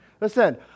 Listen